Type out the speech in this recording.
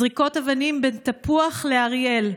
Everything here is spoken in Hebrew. זריקות אבנים בין תפוח לאריאל,